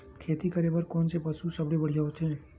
खेती करे बर कोन से पशु सबले बढ़िया होथे?